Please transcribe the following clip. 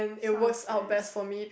sounds nice